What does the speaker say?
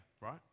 right